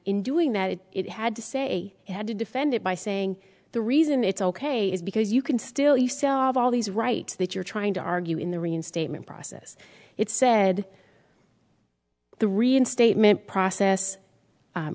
in doing that it had to say you had to defend it by saying the reason it's ok is because you can still you still have all these rights that you're trying to argue in the reinstatement process it said the reinstatement process